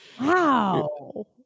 Wow